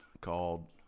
called